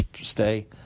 stay